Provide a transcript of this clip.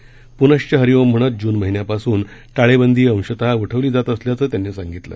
पूनश्च हरीओम म्हणत जून महिन्यापासून टाळेबंदी अंशतः उठवली जात असल्याचं त्यांनी सांगितलं